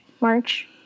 March